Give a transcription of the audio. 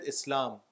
Islam